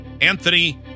Anthony